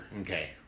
Okay